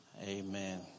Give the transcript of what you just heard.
amen